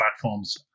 platforms